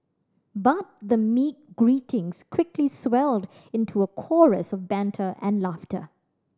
but the meek greetings quickly swelled into a chorus of banter and laughter